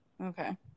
Okay